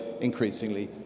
increasingly